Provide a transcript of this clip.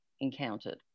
encountered